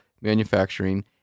manufacturing